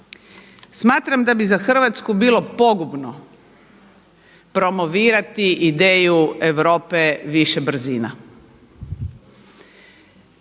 Smatram da bi za Hrvatsku bilo pogubno promovirati ideju Europe više brzina.